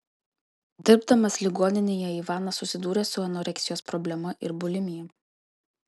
dirbdamas ligoninėje ivanas susidūrė su anoreksijos problema ir bulimija